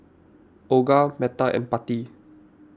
Olga Metta and Pattie